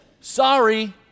sorry